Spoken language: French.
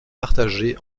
partagé